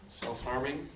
Self-harming